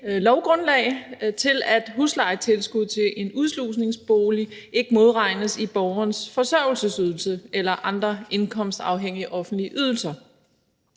lovgrundlag for, at huslejetilskud til en udslusningsbolig ikke modregnes i borgerens forsørgelsesydelse eller andre indkomstafhængige offentlige ydelser.